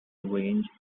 range